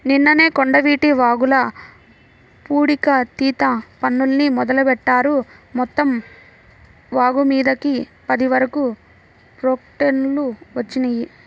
నిన్ననే కొండవీటి వాగుల పూడికతీత పనుల్ని మొదలుబెట్టారు, మొత్తం వాగుమీదకి పది వరకు ప్రొక్లైన్లు వచ్చినియ్యి